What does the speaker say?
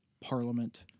parliament